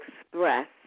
express